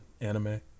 anime